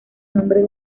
nombre